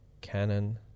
Canon